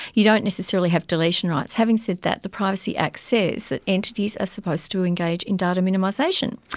you don't necessarily have deletion rights. having said that, the privacy act says that entities are supposed to engage in data minimisation.